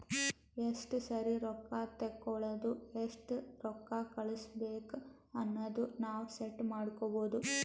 ಎಸ್ಟ ಸರಿ ರೊಕ್ಕಾ ತೇಕೊಳದು ಎಸ್ಟ್ ರೊಕ್ಕಾ ಕಳುಸ್ಬೇಕ್ ಅನದು ನಾವ್ ಸೆಟ್ ಮಾಡ್ಕೊಬೋದು